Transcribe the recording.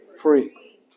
free